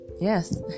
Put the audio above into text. Yes